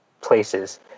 places